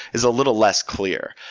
is a little less clear.